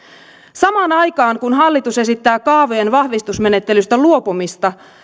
samaan aikaan kun hallitus esittää kaavojen vahvistusmenettelystä luopumista